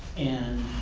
and